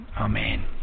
Amen